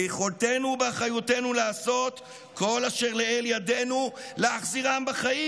ביכולתנו ובאחריותנו לעשות כל אשר לאל ידנו להחזירם בחיים"